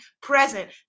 present